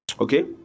Okay